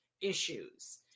issues